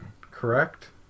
correct